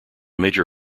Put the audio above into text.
major